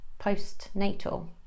postnatal